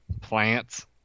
Plants